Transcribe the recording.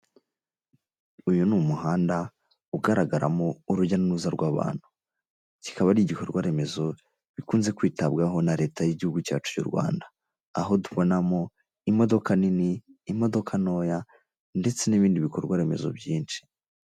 Uyu ni umuhanda ugaragaramo urujya n'uruza rw'abantu, kikaba ari igikorwa remezo bikunze kwitabwaho na leta y'igihugu cyacu cy'u Rwanda, aho tubonamo imodoka nini, imodoka ntoya ndetse n'ibindi bikorwa remezo byinshi.